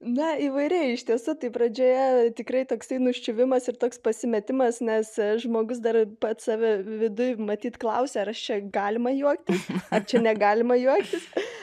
na įvairiai iš tiesų tai pradžioje tikrai toksai nuščiuvimas ir toks pasimetimas nes žmogus dar pats save viduj matyt klausia ar aš čia galima juo juoktis ar čia negalima juoktis